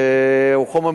שהוא חומר מודיעיני,